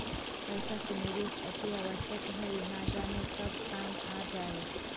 पइसा के निवेश अतिआवश्यक हइ, न जाने कब काम आ जाइ